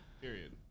period